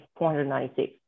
496